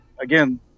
again